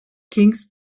king’s